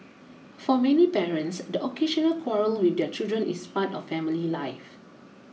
for many parents the occasional quarrel with their children is part of family life